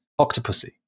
Octopussy